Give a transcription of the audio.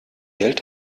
geld